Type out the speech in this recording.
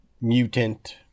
mutant